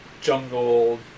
jungle